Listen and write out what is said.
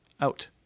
out